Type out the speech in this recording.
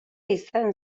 izan